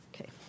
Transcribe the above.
Okay